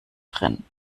drin